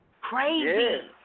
Crazy